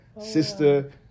sister